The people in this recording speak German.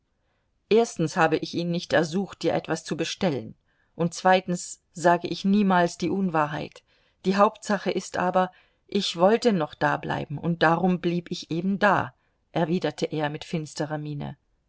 erstens habe ich ihn nicht ersucht dir etwas zu bestellen und zweitens sage ich niemals die unwahrheit die hauptsache ist aber ich wollte noch dableiben und darum blieb ich eben da erwiderte er mit finsterer miene